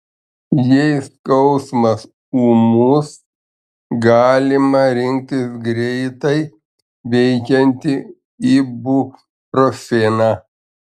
jei skausmas ūmus galima rinktis greitai veikiantį ibuprofeną